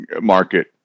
market